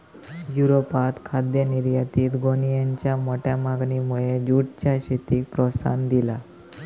युरोपात खाद्य निर्यातीत गोणीयेंच्या मोठ्या मागणीमुळे जूटच्या शेतीक प्रोत्साहन दिला